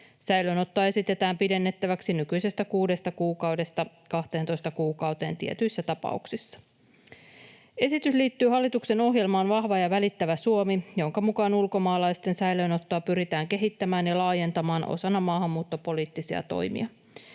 Säilöönottoa esitetään pidennettäväksi nykyisestä kuudesta kuukaudesta 12 kuukauteen tietyissä tapauksissa. Esitys liittyy hallituksen ohjelmaan Vahva ja välittävä Suomi, jonka mukaan ulkomaalaisten säilöönottoa pyritään kehittämään ja laajentamaan osana maahanmuuttopoliittisia toimia.